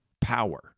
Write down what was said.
power